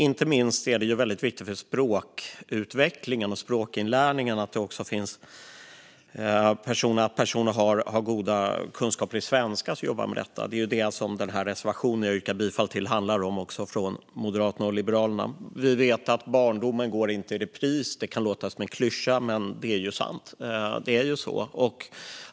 Inte minst är det väldigt viktigt för språkutvecklingen och språkinlärningen att de personer som jobbar med detta har goda kunskaper i svenska. Det är det som reservationen från Moderaterna och Liberalerna, som jag yrkar bifall till, handlar om. Vi vet att barndomen inte går i repris. Det kan låta som en klyscha, men det är sant.